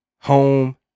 home